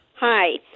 Hi